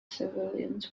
civilians